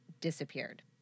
disappeared